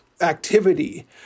activity